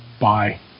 Bye